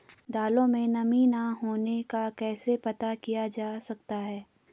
दालों में नमी न होने का कैसे पता किया जा सकता है?